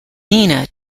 nina